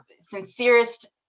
sincerest